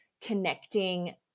connecting